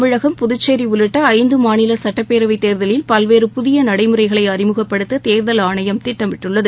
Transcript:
தமிழகம் புதுச்சேரி உள்ளிட்ட ஐந்து மாநில சுட்டப்பேரவைத் தேர்தலில் பல்வேறு புதிய நடைமுறைகளை அறிமுகப்படுத்த தேர்தல் ஆணையம் திட்டமிட்டுள்ளது